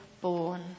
born